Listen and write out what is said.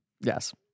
Yes